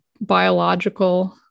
biological